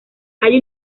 hay